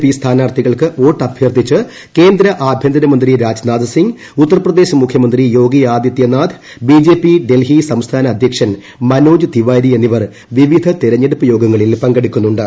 P സ്ഥാനാർത്ഥികൾക്ക് vote ്അഭൂർത്ഥിച്ച് കേന്ദ്ര ആഭ്യന്തരമന്ത്രി രാജ്നാഥ് സിംഗ് ഉത്തർപ്പദ്ദേൾ മുഖ്യമന്ത്രി യോഗി ആദിത്യനാഥ് ബിജെപി ഡൽഹി സ്ത്രസ്ഥാന അദ്ധ്യക്ഷൻ മനോജ് തിവാരി എന്നിവർ വിവിധ തിരഞ്ഞെടുപ്പ് യോഗങ്ങളിൽ പങ്കെടുക്കുന്നുണ്ട്